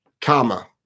comma